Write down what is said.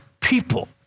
people